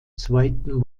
zweiten